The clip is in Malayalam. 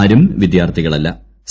ആരും വിദ്യാർത്ഥികളല്ല്